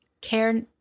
care